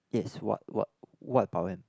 yes what what what about them